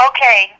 Okay